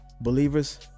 Believers